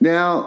Now